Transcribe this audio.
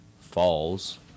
falls